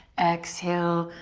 exhale,